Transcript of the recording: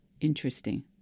interesting